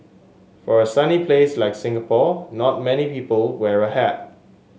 for a sunny place like Singapore not many people wear a hat